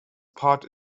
part